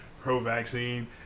pro-vaccine